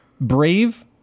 brave